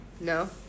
No